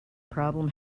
problem